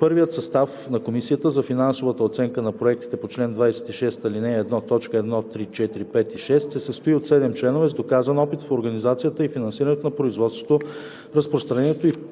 Първият състав на Комисията за финансовата оценка на проектите по чл. 26, ал. 1, т. 1, 3, 4, 5 и 6 се състои от 7 членове с доказан опит в организацията и финансирането на производството, разпространението